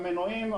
המנועים,